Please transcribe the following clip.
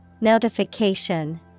Notification